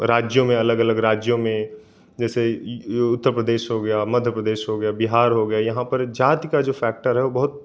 राज्यों में अलग अलग राज्यों में जैसे उत्तर प्रदेश हो गया मध्य प्रदेश हो गया बिहार हो गया यहाँ पर जाति का जो फैक्टर है वह बहुत